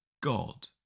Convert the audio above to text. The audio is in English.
God